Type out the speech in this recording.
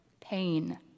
pain